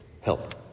help